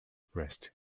breast